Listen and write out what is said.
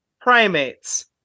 primates